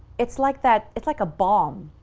it's like that, it's like a balm,